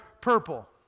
purple